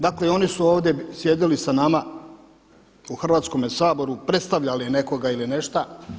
Dakle, oni su ovdje sjedili sa nama u Hrvatskome saboru, predstavljali nekoga ili nešta.